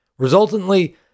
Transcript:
Resultantly